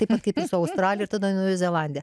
taip pat kaip ir su australija ir tada naujoji zelandija